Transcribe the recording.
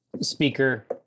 speaker